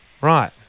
Right